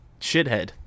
shithead